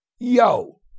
yo